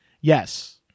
yes